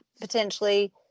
potentially